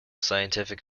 scientific